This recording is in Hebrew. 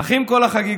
אך עם כל החגיגות,